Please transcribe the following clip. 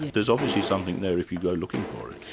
there's obviously something there if you go looking for it.